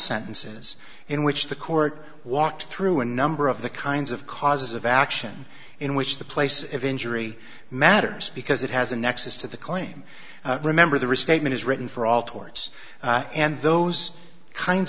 sentences in which the court walked through a number of the kinds of causes of action in which the place of injury matters because it has a nexus to the claim remember the restatement is written for all torts and those kinds